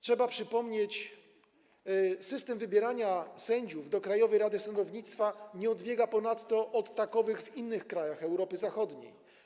Trzeba przypomnieć, że system wybierania sędziów do Krajowej Rady Sądownictwa nie odbiega od takowych w innych krajach Europy Zachodniej.